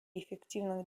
эффективных